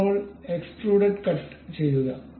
ഇപ്പോൾ extruded cut ചെയ്യുക